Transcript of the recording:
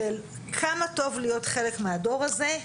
של כמה טוב להיות חלק מהדור הזה.